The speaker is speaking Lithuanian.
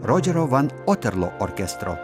rodžero van oterlo orkestro